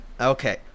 Okay